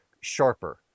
sharper